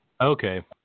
Okay